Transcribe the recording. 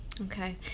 Okay